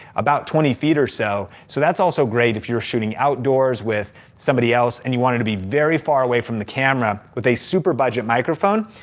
about twenty feet or so, so that's also great if you're shooting outdoors with somebody else and you wanted to be very far away from the camera. with a super budget microphone,